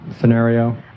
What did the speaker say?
scenario